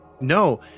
no